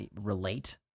relate